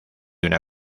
una